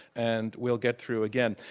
and we'll get through again.